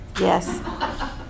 Yes